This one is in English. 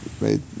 Right